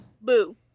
Boo